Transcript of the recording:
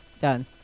done